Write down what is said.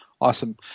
Awesome